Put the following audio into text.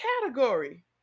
category